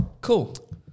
Cool